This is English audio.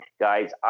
guys